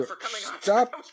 Stop